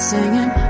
Singing